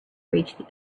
reach